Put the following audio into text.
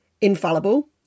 infallible